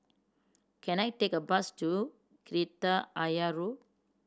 can I take a bus to Kreta Ayer Road